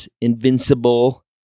invincible